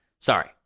sorry